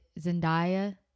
Zendaya